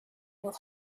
will